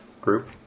group